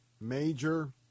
major